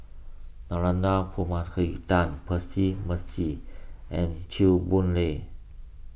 Narana Percy Mercy and Chew Boon Lay